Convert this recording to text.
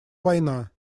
война